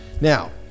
Now